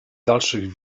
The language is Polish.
dalszych